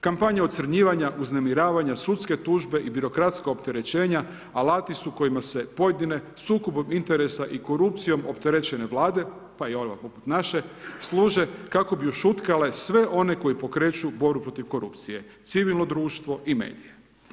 Kampanja ocrnjivanja, uznemiravanja, sudske tužbe i birokratska opterećena alati su kojima se pojedine sukobom interesa i korupcijom opterećene vlade, pa i ove naše služe kako bi ušutkale sve one koji pokreću borbu protiv korupcije, civilno društvo i medije.